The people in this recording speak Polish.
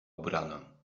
ubrana